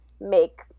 make